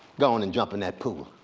go on and jump in that pool,